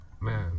man